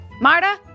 Marta